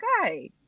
okay